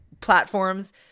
platforms